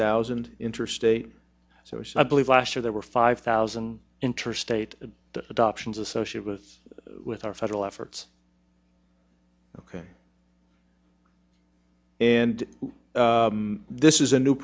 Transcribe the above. thousand interstate social i believe last year there were five thousand interstate adoptions associate with with our federal efforts ok and this is a new